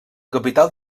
capital